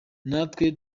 natwe